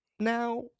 now